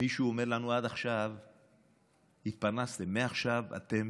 מישהו אומר לנו: עד עכשיו התפרנסתם, מעכשיו אתם